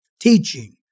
teaching